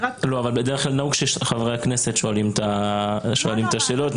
נהוג שחברי הכנסת שואלים את השאלות.